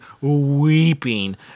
weeping